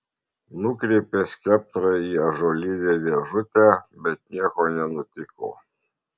nukreipė skeptrą į ąžuolinę dėžutę bet nieko nenutiko